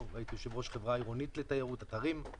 והייתי יושב ראש חברה עירונית לתיירות "אתרים",